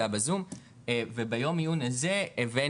זה היה בזום וביום העיון הזה הבאנו